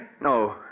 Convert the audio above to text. No